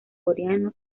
coreano